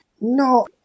No